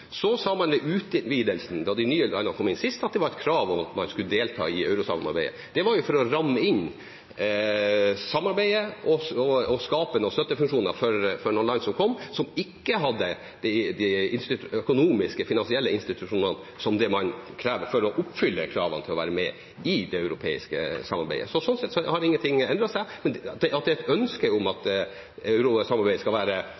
var for å ramme inn samarbeidet og skape noen støttefunksjoner for noen land som kom inn som ikke hadde de økonomiske finansielle institusjonene som man må ha for å oppfylle kravene til å være med i det europeiske samarbeidet. Så sånn sett har ingenting endret seg. Men at det er et ønske om at eurosamarbeidet skal være